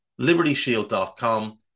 libertyshield.com